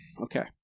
okay